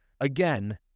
Again